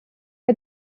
bei